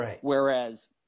whereas